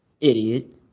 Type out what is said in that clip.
idiot